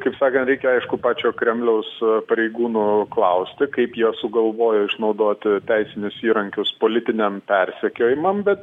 kaip sakant reikia aišku pačio kremliaus pareigūnų klausti kaip jie sugalvojo išnaudoti teisinius įrankius politiniam persekiojimam bet